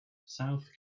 south